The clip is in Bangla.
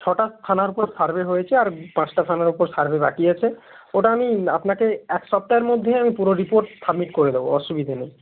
ছটা থানার উপর সার্ভে হয়েছে আর পাঁচটা থানার ওপর সার্ভে বাকি আছে ওটা আমি আপনাকে এক সপ্তাহের মধ্যেই আমি পুরো রিপোর্ট সাবমিট করে দেবো অসুবিধে নেই